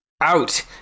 Out